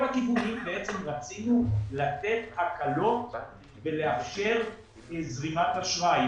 הכיוונים בעצם רצינו לתת הקלות ולאפשר זרימת אשראי.